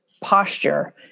posture